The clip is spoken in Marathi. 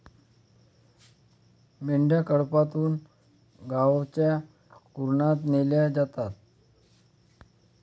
मेंढ्या कळपातून गावच्या कुरणात नेल्या जातात